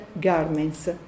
garments